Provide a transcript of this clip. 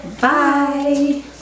Bye